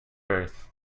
birth